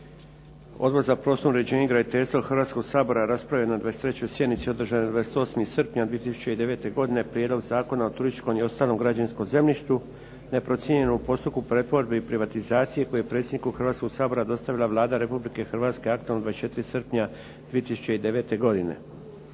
Odbor za prostorno uređenje i graditeljstvo Hrvatskog sabora raspravio je na 23. sjednici održanoj 28. srpnja 2009. godine Prijedlog Zakona o turističkom i ostalom građevinskom zemljištu neprocijenjenom u postupku pretvorbe i privatizacije koje je predsjedniku Hrvatskoga sabora dostavila Vlada Republike Hrvatske aktom od 24. srpnja 2009. godine.